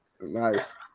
Nice